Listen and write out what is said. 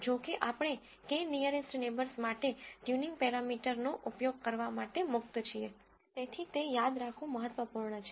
જો કે આપણે k નીઅરેસ્ટ નેબર્સ માટે tuningટ્યુનિંગ પેરામીટર્સનો ઉપયોગ કરવા માટે મુક્ત છીએ તેથી તે યાદ રાખવું મહત્વપૂર્ણ છે